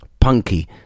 Punky